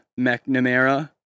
mcnamara